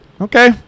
okay